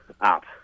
up